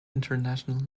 international